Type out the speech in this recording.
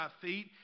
feet